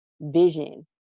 vision